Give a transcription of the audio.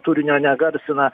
turinio negarsina